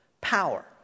power